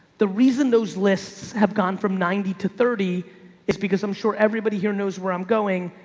the reason those lists have gone from ninety to thirty is because i'm sure everybody here knows where i'm going.